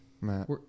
Matt